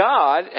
God